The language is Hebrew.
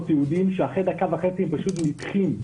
תיעודים שאחרי דקה וחצי הם פשוט נדחים.